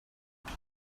what